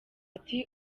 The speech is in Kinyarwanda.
ati